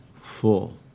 full